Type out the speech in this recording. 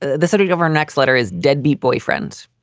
the city of our next letter is deadbeat boyfriends.